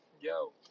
Yo